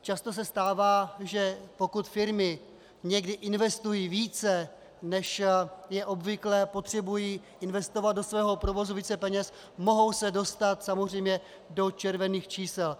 Často se stává, že pokud firmy někdy investují více, než je obvyklé, a potřebují investovat do svého provozu více peněz, mohou se dostat samozřejmě do červených čísel.